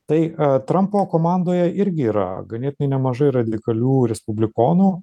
tai trampo komandoje irgi yra ganėtinai nemažai radikalių respublikonų